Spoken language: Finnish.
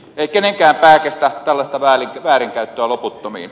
ei kenenkään pää kestä tällaista väärinkäyttöä loputtomiin